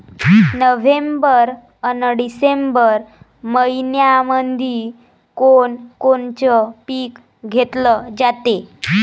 November अन December मइन्यामंधी कोण कोनचं पीक घेतलं जाते?